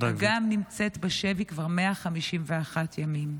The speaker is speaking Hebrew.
אגם נמצאת בשבי כבר 151 ימים.